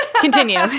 continue